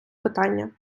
питання